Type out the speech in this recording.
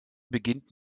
beginnt